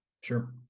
Sure